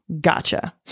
Gotcha